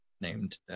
named